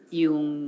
yung